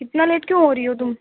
اتنا لیٹ کیوں ہو رہی ہو تم